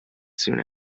soon